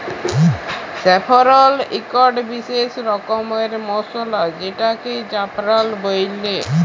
saffron ইকট বিসেস রকমের মসলা যেটাকে জাফরাল বল্যে